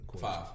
Five